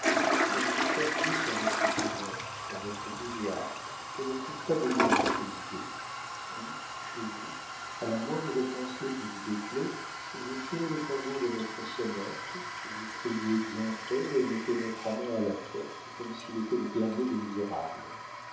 quand vous vous tortillez sur votre divan dans votre boudoir je ne trouve pas de mots pour mes idées puis chez vous à la moindre pensée qui vous déplaît vous tirez le cordon de votre sonnette vous criez bien fort et mettez votre amant à la porte comme s'il était le dernier des misérables